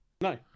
No